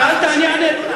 שאלת, אני אענה.